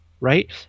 right